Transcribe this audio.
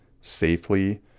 safely